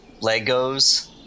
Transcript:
Legos